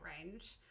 range